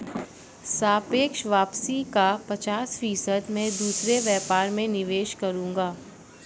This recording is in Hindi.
सापेक्ष वापसी का पचास फीसद मैं दूसरे व्यापार में निवेश करूंगा